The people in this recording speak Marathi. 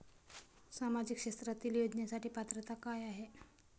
सामाजिक क्षेत्रांतील योजनेसाठी पात्रता काय आहे?